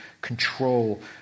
control